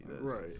Right